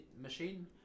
machine